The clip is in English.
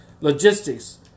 logistics